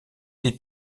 des